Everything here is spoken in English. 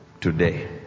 today